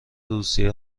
روسیه